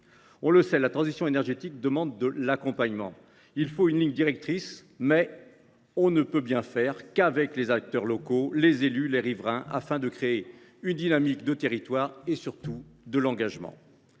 à charbon. La transition énergétique demande de l’accompagnement. Il faut une ligne directrice, mais on ne peut bien faire qu’avec les acteurs locaux, les élus et les riverains, afin de créer une dynamique de territoire et, surtout, de l’engagement.